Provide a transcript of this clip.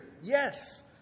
Yes